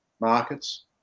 markets